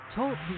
Talk